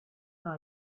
dans